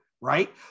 Right